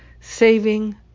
Saving